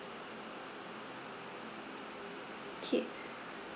okay